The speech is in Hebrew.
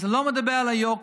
אז אני לא מדבר על היוקר,